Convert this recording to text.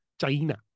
China